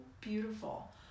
beautiful